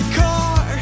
car